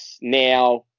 now